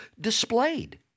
displayed